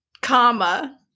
comma